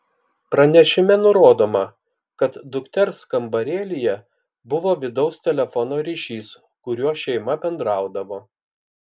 pranešime nurodoma kad dukters kambarėlyje buvo vidaus telefono ryšys kuriuo šeima bendraudavo